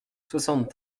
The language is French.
soixante